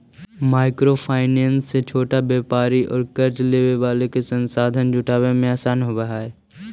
micro finance से छोटा व्यापारि औउर कर्ज लेवे वाला के संसाधन जुटावे में आसान होवऽ हई